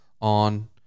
on